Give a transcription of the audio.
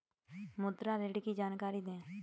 मुद्रा ऋण की जानकारी दें?